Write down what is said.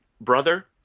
brother